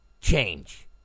change